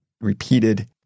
repeated